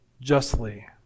justly